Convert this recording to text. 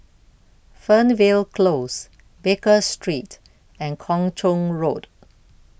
Fernvale Close Baker Street and Kung Chong Road